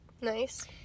nice